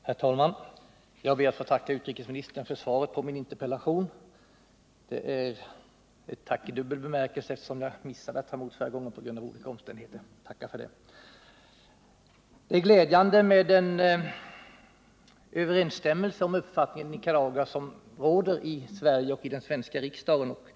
Herr talman! Jag ber att få tacka utrikesministern för svaret på min interpellation. Det är ett tack i dubbel bemärkelse, eftersom olika omständigheter gjorde att jag missade att ta emot svaret förra gången. Den överensstämmelse i uppfattningar om Nicaragua som råder mellan regeringen i Sverige och den svenska riksdagen är glädjande.